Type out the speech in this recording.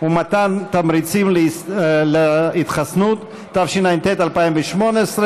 ומתן תמריצים להתחסנות), התשע"ט 2018,